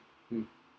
mm